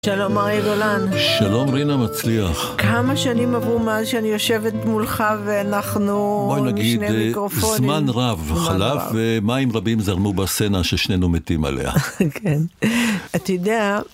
שלום, אריה גולן. שלום, רינה מצליח. כמה שנים עברו מאז שאני יושבת מולך ואנחנו עם שני מיקרופונים. זמן רב, חלב ומים רבים זרנו בסצינה ששנינו מתים עליה. כן. אתה יודע...